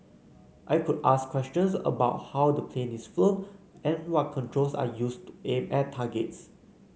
I could ask questions about how the plane is flown and what controls are used to aim at targets